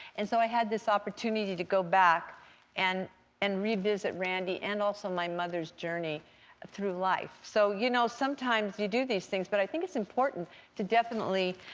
and so i had this opportunity to go back and and revisit randy and, also my mother's journey through life. so you know sometimes, you do these things. but i think it's important to definitely,